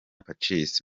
pacis